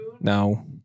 No